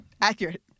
Accurate